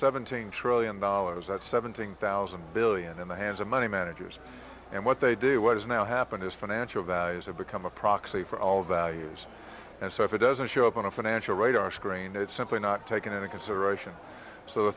seventeen trillion dollars that's seventeen thousand billion in the hands of money managers and what they do what has now happened is financial values have become a proxy for all values and so if it doesn't show up on a financial radar screen it's simply not taken into consideration so a